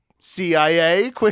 CIA